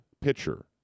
pitcher